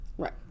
Right